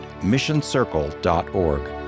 missioncircle.org